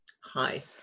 Hi